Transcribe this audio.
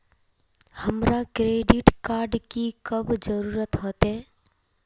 हमरा credit card की कब जरूरत होते?